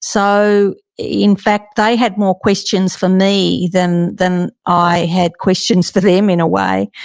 so in fact, they had more questions for me than than i had questions for them in a way.